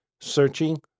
searching